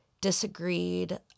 disagreed